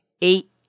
Eight